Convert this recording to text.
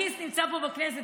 הכיס נמצא פה בכנסת,